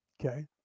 Okay